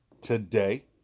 today